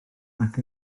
nac